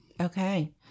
Okay